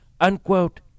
Unquote